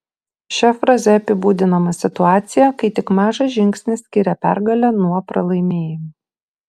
šia fraze apibūdinama situacija kai tik mažas žingsnis skiria pergalę nuo pralaimėjimo